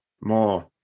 More